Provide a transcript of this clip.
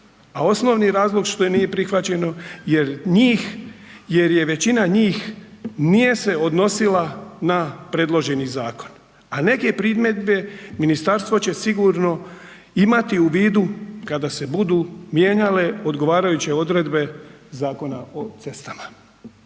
osnovni razlog što nije prihvaćeno jer se većina njih nije odnosila na predloženi zakon, a neke primjedbe ministarstvo će sigurno imati u vidu kada se budu mijenjale odgovarajuće odredbe Zakona o cestama.